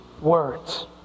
words